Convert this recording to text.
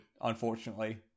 unfortunately